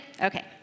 Okay